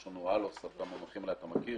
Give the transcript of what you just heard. יש לנו ALoS את המונחים האלה אתה מכיר